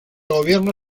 gobierno